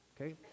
Okay